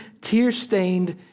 tear-stained